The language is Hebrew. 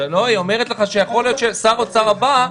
היא אומרת לך שיכול להיות ששר האוצר הבא,